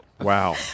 Wow